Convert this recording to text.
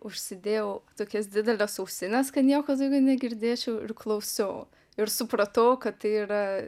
užsidėjau tokias dideles ausines kad nieko daugiau negirdėčiau ir klausiau ir supratau kad tai yra